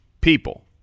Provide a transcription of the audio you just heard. people